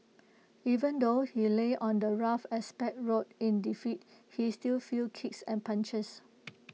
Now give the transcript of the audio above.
even though he lay on the rough asphalt road in defeat he still felt kicks and punches